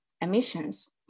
emissions